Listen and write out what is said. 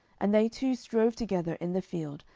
and they two strove together in the field,